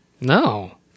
No